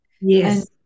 Yes